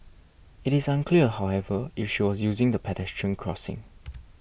it is unclear however if she was using the pedestrian crossing